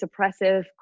suppressive